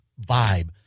vibe